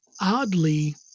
oddly